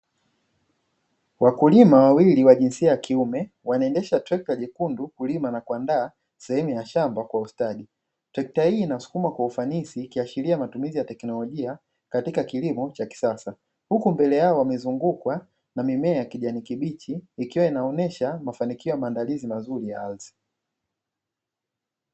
Wakulima wawili wa jinsia ya kiume, wanaendesha trekta jekundu, kulima na kuandaa sehemu ya shamba na kwa ustadi. Trekta hii inasukumwa kwa ufanisi, ikiashiria matumizi ya teknolojia katika kilimo cha kisasa. Huku mbele yao wamezungukwa na mimea ya kijani kibichi, ikiwa inaonesha mafanikio ya maandalizi mazuri ya ardhi.